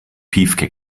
piefke